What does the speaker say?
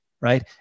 right